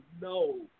no